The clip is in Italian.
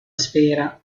sfera